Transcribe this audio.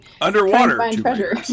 Underwater